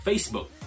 Facebook